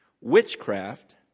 witchcraft